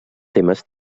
temes